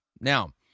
Now